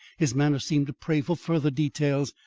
his manner seemed to pray for further details,